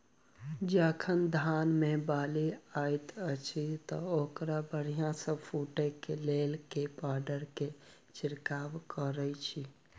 जखन धान मे बाली हएत अछि तऽ ओकरा बढ़िया सँ फूटै केँ लेल केँ पावडर केँ छिरकाव करऽ छी?